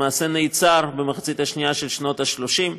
למעשה נעצר במחצית השנייה של שנות ה-30,